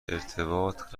ارتباط